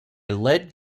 led